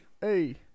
Hey